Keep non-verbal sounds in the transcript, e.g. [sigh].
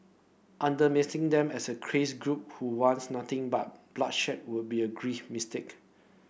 [unintelligible] them as a crazed group who wants nothing but bloodshed would be a grave mistake